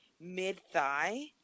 mid-thigh